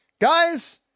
guys